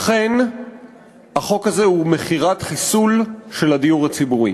אכן החוק הזה הוא מכירת חיסול של הדיור הציבורי.